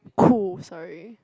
cool sorry